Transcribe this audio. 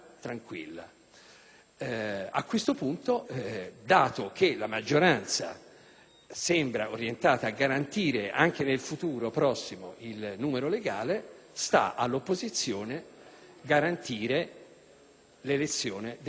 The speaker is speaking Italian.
sembra orientata a garantire anche nel futuro prossimo il numero legale, sta all'opposizione garantire l'elezione del proprio unico candidato.